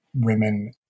women